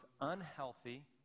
unhealthy